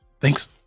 Thanks